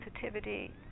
sensitivity